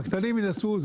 הקטנים ינסו,